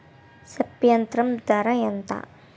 Spray యంత్రం ధర ఏంతా?